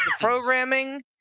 programming